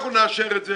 אנחנו נאשר את זה